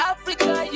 Africa